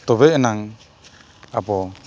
ᱛᱚᱵᱮ ᱮᱱᱟᱝ ᱟᱵᱚ